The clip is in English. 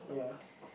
yeah